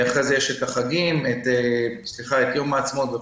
ואחרי זה יש את יום העצמאות,